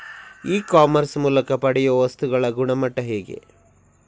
E commerce ಮೂಲಕ ಪಡೆಯುವ ವಸ್ತುಗಳ ಗುಣಮಟ್ಟ ಹೇಗೆ?